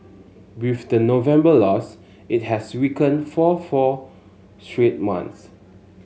with the November loss it has weakened for four straight months